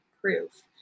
proof